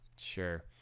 Sure